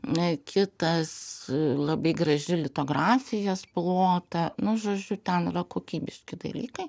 na kitas labai graži litografija spalvota nu žodžiu ten yra kokybiški dalykai